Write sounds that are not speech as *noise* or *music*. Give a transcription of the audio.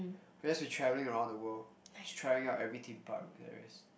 *breath* just be travelling around the world just trying every Theme Park there is